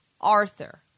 Arthur